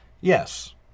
Yes